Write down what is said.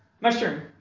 Mushroom